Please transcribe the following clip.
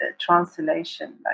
translation